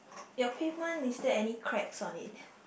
your pavement is there any cracks on it